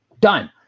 done